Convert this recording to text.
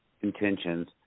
intentions